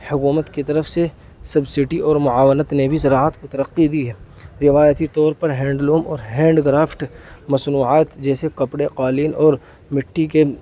حکومت کی طرف سے سبسڈی اور معاونت نے بھی زراعت کو ترقی دی ہے روایتی طور پر ہینڈ لوم اور ہینڈ کرافٹ مصنوعات جیسے کپڑے قالین اور مٹی کے